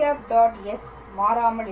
s மாறாமல் இருக்கும்